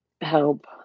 Help